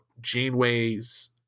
Janeway's